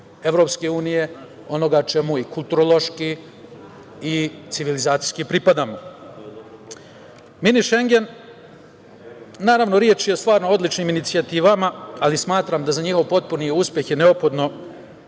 deo EU, onoga čemu i kulturološki i civilizacijski pripadamo. Mini šengen. Naravno, reč je o odličnim inicijativama, ali smatram da za njihov potpuni uspeh je neophodno